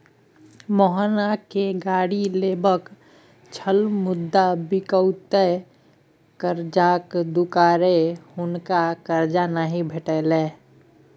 मोहनकेँ गाड़ी लेबाक छल मुदा बकिऔता करजाक दुआरे हुनका करजा नहि भेटल